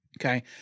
Okay